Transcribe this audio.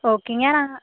okay ഞാനാ